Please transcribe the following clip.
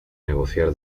negociar